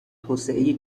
توسعه